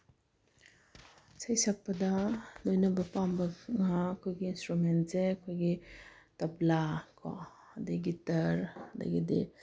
ꯏꯁꯩ ꯁꯛꯄꯗ ꯂꯣꯏꯅꯕ ꯄꯥꯝꯕ ꯑꯩꯈꯣꯏꯒꯤ ꯏꯟꯁꯇ꯭ꯔꯨꯃꯦꯟꯁꯦ ꯑꯩꯈꯣꯏꯒꯤ ꯇꯕ꯭ꯂꯥ ꯀꯣ ꯑꯗꯒꯤ ꯒꯤꯇꯔ ꯑꯗꯒꯤꯗꯤ